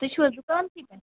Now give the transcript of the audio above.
تُہۍ چھِو حظ دُکانسٕے پیٚٹھ